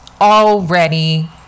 Already